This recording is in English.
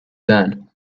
then